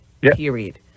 period